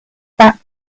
back